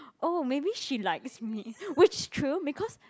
oh maybe she likes me which true because